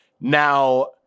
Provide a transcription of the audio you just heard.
Now